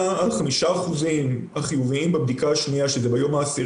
5% חיוביים בבדיקה השנייה, שהיא ביום ה-10